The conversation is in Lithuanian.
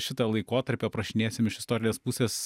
šitą laikotarpį aprašinėsim iš istorinės pusės